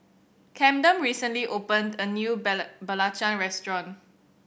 Camden recently opened a new belacan restaurant